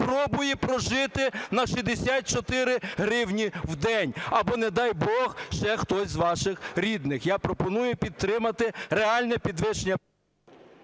спробує прожити на 64 гривні в день або, не дай бог, ще хтось з ваших рідних. Я пропоную підтримати реальне підвищення.